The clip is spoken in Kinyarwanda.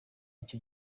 icyo